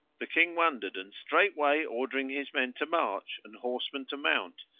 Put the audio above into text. the king wondered and, straight way ordering his men to march and horsemen to mount,